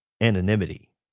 anonymity